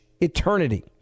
eternity